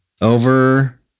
over